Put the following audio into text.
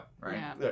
Right